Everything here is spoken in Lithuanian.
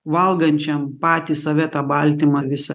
valgančiam patį save tą baltymą visą